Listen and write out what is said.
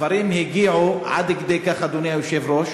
הדברים הגיעו עד כדי כך, אדוני היושב-ראש,